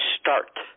start